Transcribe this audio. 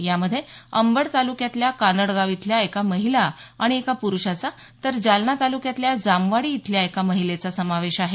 यामध्ये अंबड तालुक्यातल्या कानडगाव इथल्या एक महिला आणि एका पुरुषाचा तर जालना तालुक्यातल्या जामवाडी इथल्या एका महिलेचा समावेश आहे